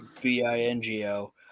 B-I-N-G-O